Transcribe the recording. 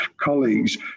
colleagues